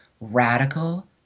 radical